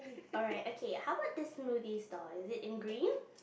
alright okay how about this movie star is it in green